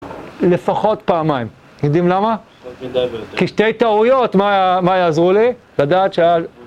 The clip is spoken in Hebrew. לפחות פעמיים, יודעים למה? פחות מדי ויותר. כי שתי טעויות, מה יעזרו לי? לדעת שה...